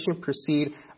proceed